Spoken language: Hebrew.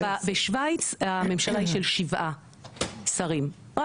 בשוויץ הממשלה היא של שבעה שרים רק